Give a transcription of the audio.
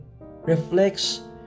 reflects